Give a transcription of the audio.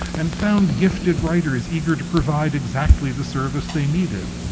and found gifted writers eager to provide exactly the service they needed.